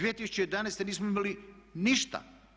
2011. nismo imali ništa.